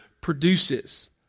produces